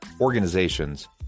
organizations